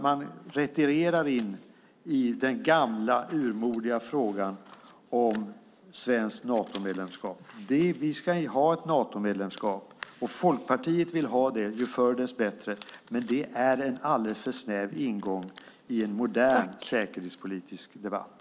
Man retirerar, går tillbaka till den gamla, urmodiga, frågan om svenskt Natomedlemskap. Vi ska ha ett Natomedlemskap. Folkpartiet vill ha det - ju förr desto bättre - men det är en alldeles för snäv ingång i en modern säkerhetspolitisk debatt.